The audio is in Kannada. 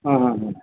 ಹಾಂ ಹಾಂ ಹಾಂ